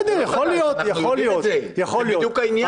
אנחנו יודעים את זה וזה בדיוק העניין.